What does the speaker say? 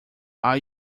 are